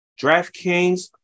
DraftKings